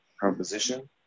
composition